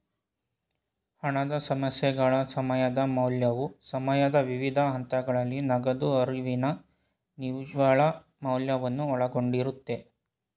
ಹಣದ ಸಮಸ್ಯೆಗಳ ಸಮಯದ ಮೌಲ್ಯವು ಸಮಯದ ವಿವಿಧ ಹಂತಗಳಲ್ಲಿ ನಗದು ಹರಿವಿನ ನಿವ್ವಳ ಮೌಲ್ಯವನ್ನು ಒಳಗೊಂಡಿರುತ್ತೆ